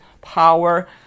power